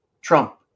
Trump